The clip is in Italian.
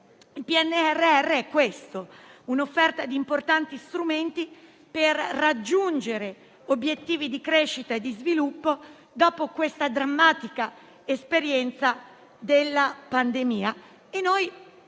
il PNRR, un'offerta di importanti strumenti per raggiungere obiettivi di crescita e di sviluppo, dopo la drammatica esperienza della pandemia.